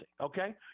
okay